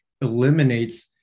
eliminates